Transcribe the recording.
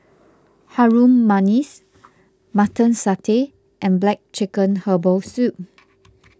Harum Manis Mutton Satay and Black Chicken Herbal Soup